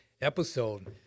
episode